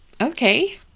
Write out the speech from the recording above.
Okay